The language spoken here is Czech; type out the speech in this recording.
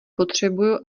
potřebuju